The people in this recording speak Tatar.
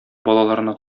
балаларына